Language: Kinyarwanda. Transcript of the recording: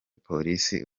polisi